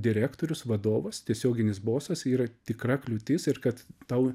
direktorius vadovas tiesioginis bosas yra tikra kliūtis ir kad tau